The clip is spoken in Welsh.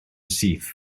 syth